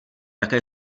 jaké